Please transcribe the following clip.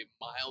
mild